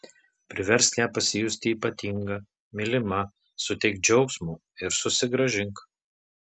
priversk ją pasijusti ypatinga mylima suteik džiaugsmo ir susigrąžink